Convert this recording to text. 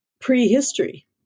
prehistory